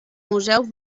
museu